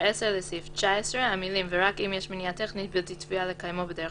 "לסעיף 18 9. המילים "ורק אם יש מניעה טכנית בלתי צפויה לקיימו בדרך